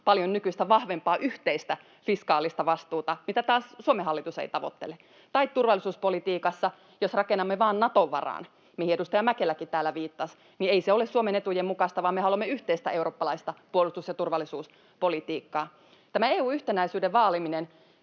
paljon nykyistä vahvempaa yhteistä fiskaalista vastuuta, mitä taas Suomen hallitus ei tavoittele. Tai jos turvallisuuspolitiikassa rakennamme vain Naton varaan, mihin edustaja Mäkeläkin täällä viittasi, niin ei se ole Suomen etujen mukaista, vaan me haluamme yhteistä eurooppalaista puolustus- ja turvallisuuspolitiikkaa. Tämä EU:n yhtenäisyyden vaaliminen